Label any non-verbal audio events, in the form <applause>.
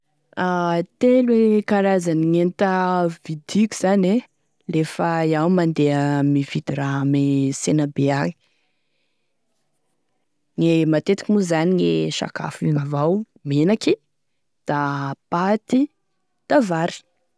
<hesitation> Telo e karazane gn'enta vidiako zany e lefa iaho mandeha mividy raha ame senabe agny, gne matetiky moa zany gne sakafo igny avao, menaky da pâte i, da vary.